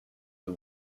and